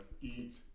Eat